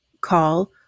call